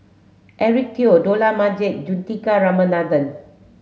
Eric Teo Dollah Majid Juthika Ramanathan